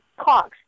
Cox